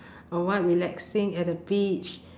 or what relaxing at the beach